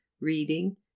reading